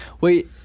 Wait